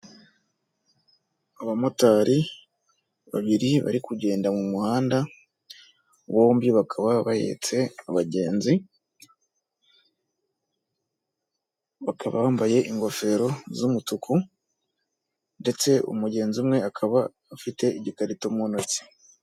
Abamotari babiri bari kugenda mu muhanda, bombi bakaba bahetse abagenzi, bakaba bambaye ingofero z'umutuku ndetse umugenzi umwe akaba afite igikarito mu ntoki.